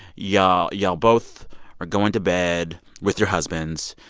y'all y'all both are going to bed with your husbands.